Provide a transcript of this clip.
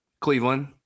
Cleveland